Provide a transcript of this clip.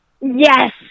Yes